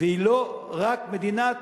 והיא לא רק מדינת